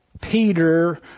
Peter